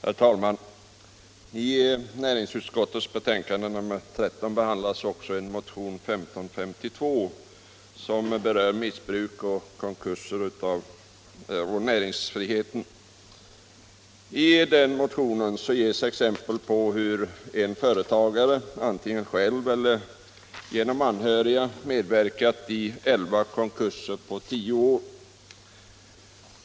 Herr talman! I näringsutskottets betänkande nr 30 behandlas också motionen 1252, som berör missbruk av konkurser och näringsfriheten. I motionen ges ett exempel på hur en företagare antingen själv eller genom anhörig har medverkat i elva konkurser på tio år.